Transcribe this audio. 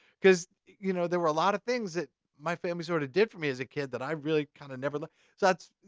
cause you know, there were a lot of things that my family sort of did for me as a kid, that i really kind of never, so that's,